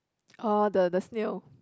oh the the snail